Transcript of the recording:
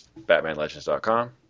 BatmanLegends.com